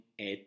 add